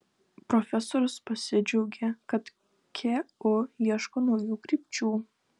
profesorius pasidžiaugė kad ku ieško naujų krypčių